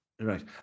Right